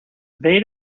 they